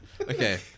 Okay